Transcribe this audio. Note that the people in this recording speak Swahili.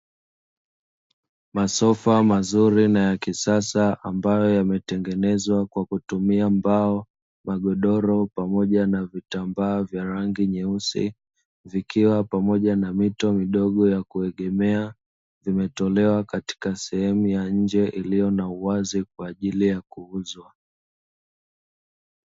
Masofa mazuri na ya kisasa ambayo yametengenezwa kwa kutumia mbao, magodoro pamoja na vitambaa vya rangi nyeusi; vikiwa pamoja na mito midogo ya kuegemea vimetolewa katika sehemu ya nje iliyo na uwazi kwa ajili ya kuuzwa.